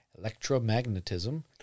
electromagnetism